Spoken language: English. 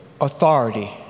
authority